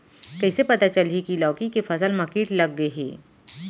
कइसे पता चलही की लौकी के फसल मा किट लग गे हे?